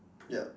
ya